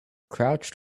crouched